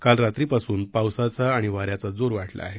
काल रात्री पासून पावसाचा आणि वाऱ्याचा जोर वाढला आहे